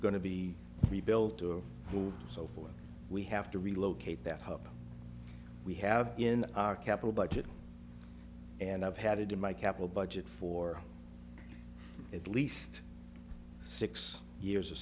going to be rebuilt to move so forth we have to relocate that hope we have in our capital budget and i've had it in my capital budget for at least six years or